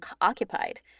occupied